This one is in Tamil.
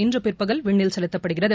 இன்று பிற்பகல் விண்ணில் செலுத்தப்படுகிறது